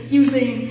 using